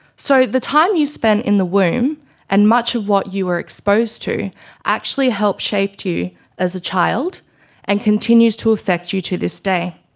so the time you spent in the womb and much of what you were exposed to actually helped shape you as a child and continues to affect you to this day.